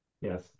Yes